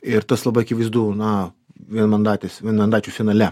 ir tas labai akivaizdu na vienmandatės vienmandačių finale